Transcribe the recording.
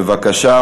בבקשה,